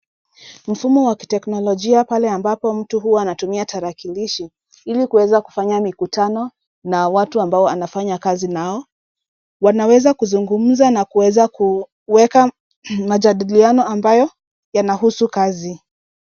Mfumo wa kiteknolojia pale ambapo mtu huwa anatumia tarakilishi ili kuweza kufanya mikutano na watu ambao anafanya kazi nao. Wanaweza kuzungumza na kuweza kuweka majadiliano ambayo yanahusu kazi.